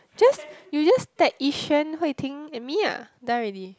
just you just tag Yi-Xuan Hui-Ting and me ah done already